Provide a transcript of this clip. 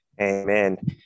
Amen